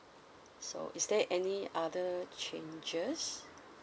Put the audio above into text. so is there any other changes